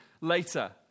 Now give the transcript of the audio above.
later